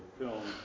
film